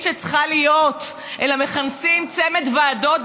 שצריכה להיות אלא מכנסים צמד ועדות,